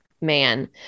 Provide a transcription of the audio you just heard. man